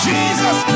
Jesus